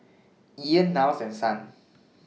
Ean Niles and Son